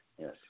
Yes